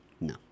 no